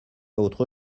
autre